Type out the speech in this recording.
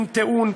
עם טיעון,